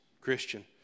Christian